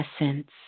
essence